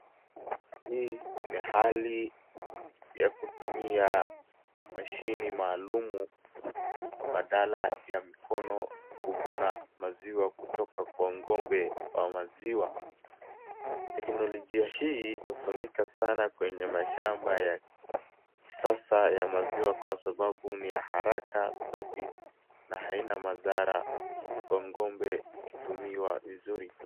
Hii ni hali ya kutumia mashini maalumu badala ya mkono kuvuna maziwa kutoka kwa ng'ombe wa maziwa, teknolojia hii hutumika sana kwenye mashamba ya kisasa ya maziwa, kwa sababu ni ya haraka, safi na haina madhara kwa ng'ombe ikitumiwa vizuri.